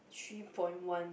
three point one